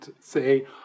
say